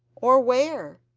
or where,